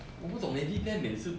我不懂 leh V_P_N 每次